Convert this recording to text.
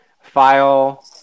File